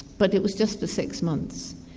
but it was just for six months.